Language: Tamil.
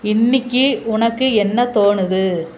இன்றைக்கி உனக்கு என்ன தோணுது